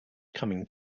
coming